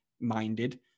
minded